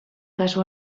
kasu